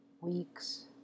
weeks